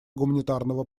гуманитарного